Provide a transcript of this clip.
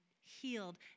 healed